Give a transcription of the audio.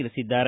ತಿಳಿಸಿದ್ದಾರೆ